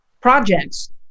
projects